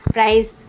price